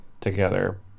together